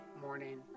morning